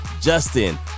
Justin